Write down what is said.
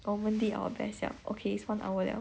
我们 did our best yup okay it's one hour liao